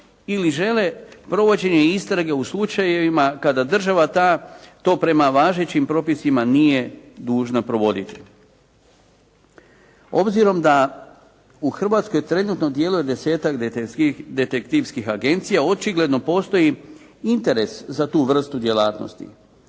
ili žele provođenje istrage u slučajevima kada država to prema važećim propisima nije dužna provoditi. Obzirom da u Hrvatskoj trenutno djeluje desetak detektivskih agencija, očigledno postoji interes za tu vrstu djelatnosti,